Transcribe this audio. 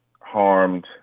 harmed